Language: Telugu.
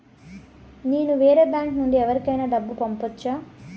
నేను వేరే బ్యాంకు నుండి ఎవరికైనా డబ్బు పంపొచ్చా?